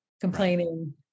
complaining